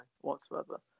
whatsoever